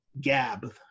Gab